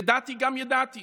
ידעתי גם ידעתי